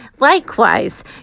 Likewise